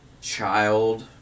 child